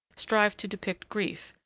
strive to depict grief,